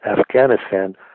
Afghanistan